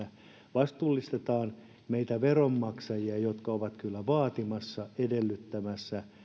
vastuullistetaan meitä veronmaksajia jotka olemme kyllä vaatimassa edellyttämässä